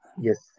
Yes